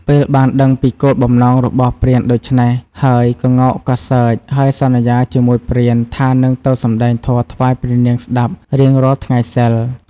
ពេលបានដឹងពីគោលបំណងរបស់ព្រានដូច្នេះហើយក្ងោកក៏សើចហើយសន្យាជាមួយព្រានថានឹងទៅសម្ដែងធម៌ថ្វាយព្រះនាងស្ដាប់រៀងរាល់ថ្ងៃសីល។